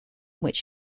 which